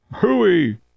Hooey